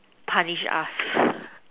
punish us